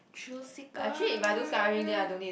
true sicker